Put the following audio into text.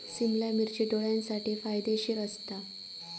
सिमला मिर्ची डोळ्यांसाठी फायदेशीर असता